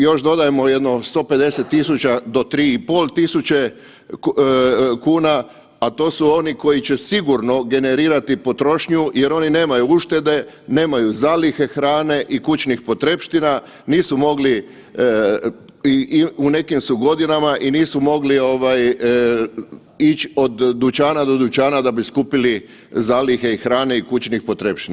Još dodajmo jedno 150.000 do 3.500 kuna, a to su oni koji će sigurno generirati potrošnju jer oni nemaju uštede, nemaju zalihe hrane i kućnih potrepština, nisu mogli, u nekim su godinama i nisu mogli ovaj ići od dućana do dućana da bi skupili zalihe i hrane i kućnih potrepština.